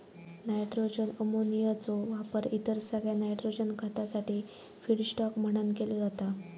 nitrogen अमोनियाचो वापर इतर सगळ्या नायट्रोजन खतासाठी फीडस्टॉक म्हणान केलो जाता